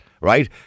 right